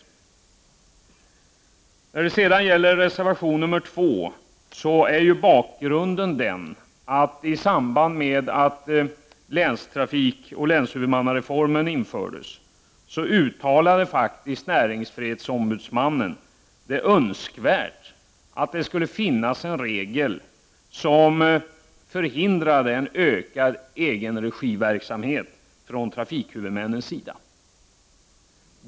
Bakgrunden till reservation nr 2 är att näringsfrihetsombudsmannen i samband med genomförandet av länstrafikoch länshuvudmannareformen uttalade som önskvärt att det skulle införas en regel som förhindrar en ökad egenregiverksamhet bland trafikhuvudmännen.